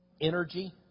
energy